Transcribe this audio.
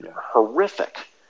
horrific